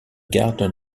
gardes